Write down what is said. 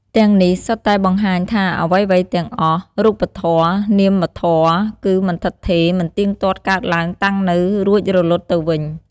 ទាំងនេះសុទ្ធតែបង្ហាញថាអ្វីៗទាំងអស់ រូបធម៌ នាមធម៌ គឺ មិនឋិតថេរ មិនទៀងទាត់ កើតឡើង តាំងនៅ រួចរលត់ទៅវិញ។